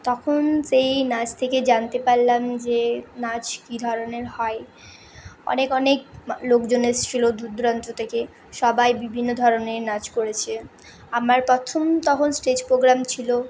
তখন সেই নাচ থেকে জানতে পারলাম যে নাচ কি ধরনের হয় অনেক অনেক লোকজন এসেছিল দূর দূরান্ত থেকে সবাই বিভিন্ন ধরনের নাচ করেছে আমার প্রথম তখন স্টেজ প্রোগ্রাম ছিল